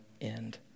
end